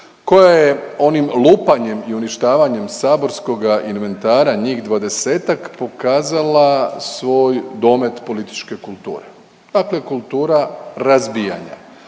koja je onim lupanjem i uništavanjem saborskoga inventara njih dvadesetak pokazala svoj domet političke kulture. Dakle kultura razbijanja,